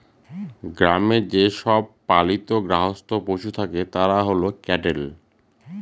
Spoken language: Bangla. গ্রামে যে সব পালিত গার্হস্থ্য পশু থাকে তারা হল ক্যাটেল